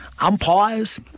umpires